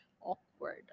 awkward